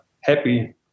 happy